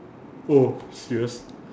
oh serious